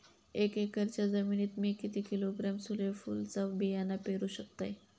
एक एकरच्या जमिनीत मी किती किलोग्रॅम सूर्यफुलचा बियाणा पेरु शकतय?